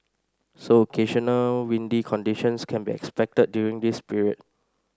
so occasional windy conditions can be expected during this period